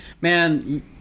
man